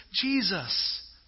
Jesus